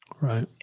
right